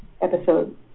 Episode